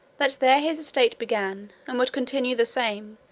that there his estate began, and would continue the same,